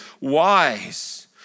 wise